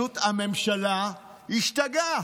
הממשלה פשוט השתגעה.